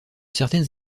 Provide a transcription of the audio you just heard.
certaines